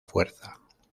fuerza